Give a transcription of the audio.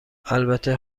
البته